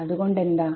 അതുകൊണ്ടെന്താ